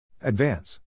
Advance